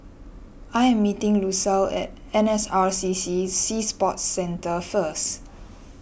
I am meeting Lucile at N S R C C Sea Sports Centre first